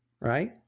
right